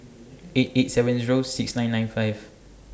eight eight seven Zero six nine nine five